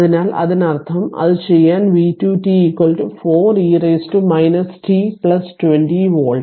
അതിനാൽ അതിനർത്ഥം അത് ചെയ്താൽ v2 t 4 e t 20 volt